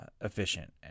efficient